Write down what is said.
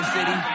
City